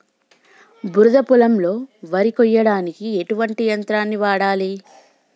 బురద పొలంలో వరి కొయ్యడానికి ఎటువంటి యంత్రాన్ని వాడాలి?